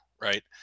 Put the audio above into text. Right